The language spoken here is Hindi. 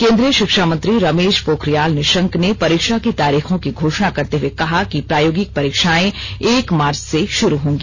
केंद्रीय शिक्षा मंत्री रमेश पोखरियाल निशंक ने परीक्षा की तारीखों की घोषणा करते हुए कहा कि प्रायोगिक परीक्षाएं एक मार्च से शुरू होंगी